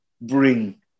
bring